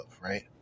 right